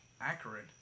accurate